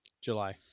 July